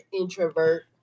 introvert